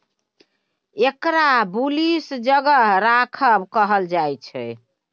एकरा बुलिश जगह राखब कहल जायछे